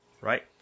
Right